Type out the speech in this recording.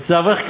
אצל האברך,